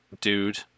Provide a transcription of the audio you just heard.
dude